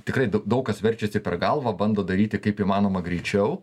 tikrai daug kas verčiasi per galvą bando daryti kaip įmanoma greičiau